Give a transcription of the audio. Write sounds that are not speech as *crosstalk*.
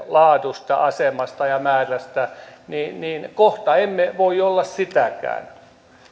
*unintelligible* laadusta asemasta ja määrästä niin niin kohta emme voi olla siitäkään